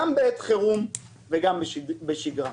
גם בעת חירום וגם בשגרה.